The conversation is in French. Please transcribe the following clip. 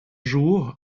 jours